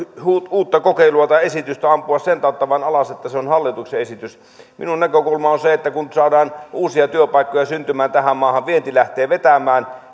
uutta kokeilua tai esitystä ampua vain sen tautta alas että se on hallituksen esitys minun näkökulmani on se että kun saadaan uusia työpaikkoja syntymään tähän maahan vienti lähtee vetämään